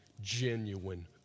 genuine